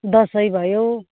दसैँ भयो